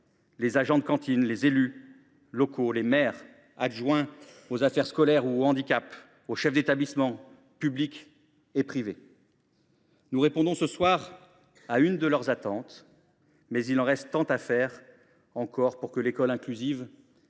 les agents de cantine, pour les élus locaux, maires, adjoints aux affaires scolaires ou au handicap, ainsi que pour les chefs d’établissements publics et privés. Nous répondons ce soir à l’une de leurs attentes, mais il reste tant à faire encore pour que l’école inclusive